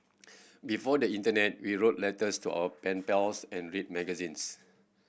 before the internet we wrote letters to our pen pals and read magazines